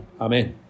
Amen